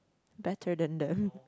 better then them